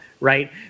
right